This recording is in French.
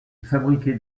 fabriquait